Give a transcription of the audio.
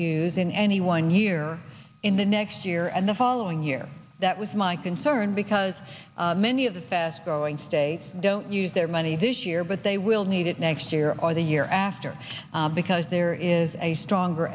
use in any one year in the next year and the following year that was my concern because many of the fast growing states don't use their money this year but they will need it next year or the year after because there is a stronger